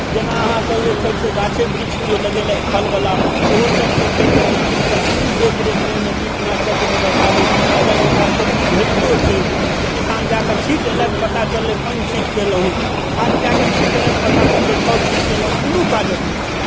जेना अहाँके जे छै से गाछे वृक्ष केओ लगेलथि फलवला ओहो सब जे छै से मानिलिअ ओकर कोनो देख रेख नहि ने कीटनाशकके व्यवस्था ने किछु अगर अइ मार्केटमे भेटतो छै तऽ किसान जाकऽ छीट अयलथि पता चललै पानि छीटकऽ अयलहुँ हँ खाद जाकऽ छीट अयलथि पता चललै छौर छीटकऽ अयलहुँ कोनो काजके नहि छै